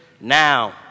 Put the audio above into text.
now